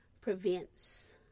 prevents